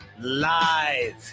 Live